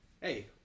hey